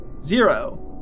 Zero